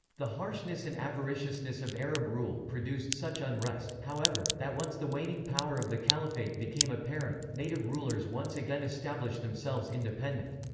the harshness and avariciousness of arab rule produced such unrest, however, that once the waning power of the caliphate became apparent, native rulers once again established themselves independent.